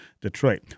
Detroit